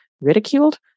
ridiculed